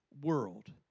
world